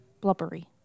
Blubbery